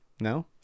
No